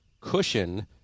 cushion